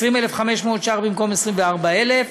20,500 ש"ח במקום 24,000 ש"ח,